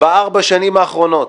בארבע השנים האחרונות